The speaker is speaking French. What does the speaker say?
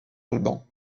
alban